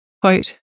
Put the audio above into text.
Quote